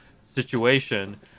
situation